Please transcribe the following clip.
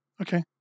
Okay